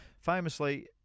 Famously